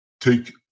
take